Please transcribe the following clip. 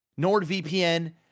NordVPN